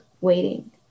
waiting